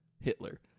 Hitler